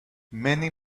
many